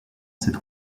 cette